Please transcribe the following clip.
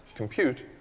compute